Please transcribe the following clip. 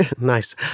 Nice